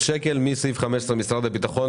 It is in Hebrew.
אתה מתכוון לסוהרים מבודדים שישנים במיתקן הכליאה?